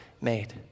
made